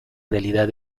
realidad